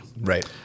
Right